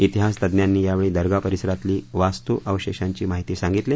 ातिहासतज्ज्ञांनी यावेळी दर्गा परिसरातली वास्तू अवशेषांची माहिती सांगितली